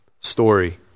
story